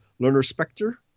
Lerner-Specter